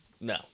No